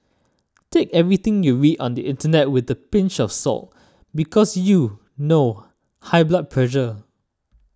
take everything you read on the internet with a pinch of salt because you know high blood pressure